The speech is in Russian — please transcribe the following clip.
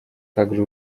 также